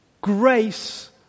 grace